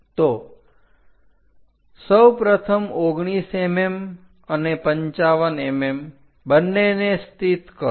તો સૌપ્રથમ 19 mm અને 55 mm બંનેને સ્થિત કરો